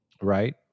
right